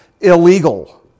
illegal